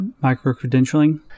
micro-credentialing